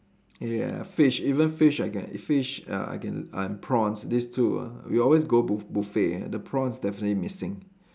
ya fish even fish I can fish uh I can and prawns this two ah we always go buff~ buffet the prawns definitely missing